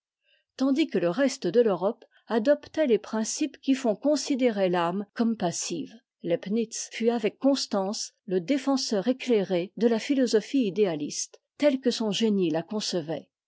tandis que le reste de l'europe adoptait les principes qui font considérer l'âme comme passive leibnitz fut avec constance le défenseur éclairé de la philosophie idéaliste telle que son génie la concevait